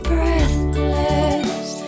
Breathless